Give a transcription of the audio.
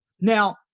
now